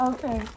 Okay